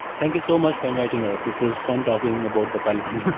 thank you so much for inviting us. it was fun talking about the but